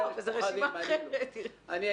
יש כאלה שפוחדים, אני לא.